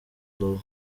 blu